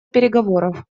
переговоров